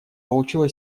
получила